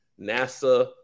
NASA